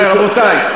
הייתי בטוח,